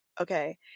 okay